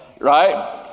right